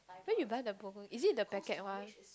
when you but the promo is it the packet one